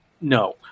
no